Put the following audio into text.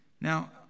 Now